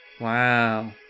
wow